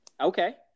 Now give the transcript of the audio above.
Okay